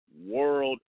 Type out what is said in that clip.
world